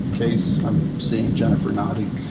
case i'm seeing jennifer nodding.